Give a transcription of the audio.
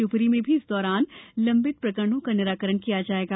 शिवपुरी में भी इस दौरान लंबित प्रकरणों का निराकरण किया जायेगा